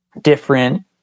Different